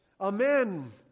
Amen